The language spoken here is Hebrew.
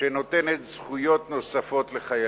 שנותנת זכויות נוספות לחיילים.